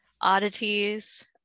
oddities